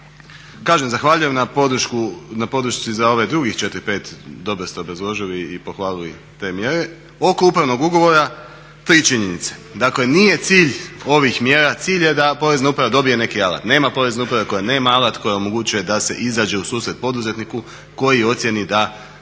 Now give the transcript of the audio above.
Kažem zahvaljujem na podršci za ove druge četiri pet, dobro ste obrazložili i pohvaliti te mjere,. Oko upravnog ugovora tri činjenice. Dakle, nije cilj ovih mjera, cilj je da porezna uprava dobije neki alat. Nema porezne uprave koja nema alat, koja omogućuje da se izađe u susret poduzetniku koji ocjeni da